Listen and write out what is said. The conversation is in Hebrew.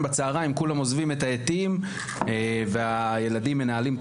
בצוהריים כולם עוזבים את העטים והילדים מנהלים את